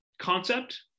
concept